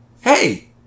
Hey